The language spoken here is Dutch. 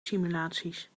simulaties